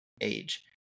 age